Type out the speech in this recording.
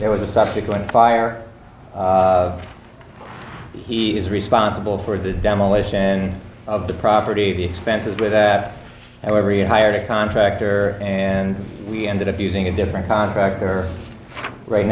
there was a subsequent fire he is responsible for the demolition of the property the expenses with that however he hired a contractor and we ended up using a different contractor right